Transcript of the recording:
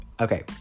Okay